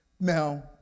Now